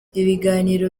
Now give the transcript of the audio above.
ibiganiro